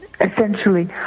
Essentially